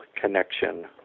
connection